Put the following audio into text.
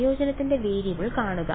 സംയോജനത്തിന്റെ വേരിയബിൾ കാണുക